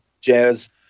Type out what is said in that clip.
jazz